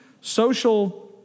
social